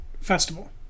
festival